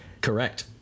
Correct